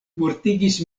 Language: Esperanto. mortigis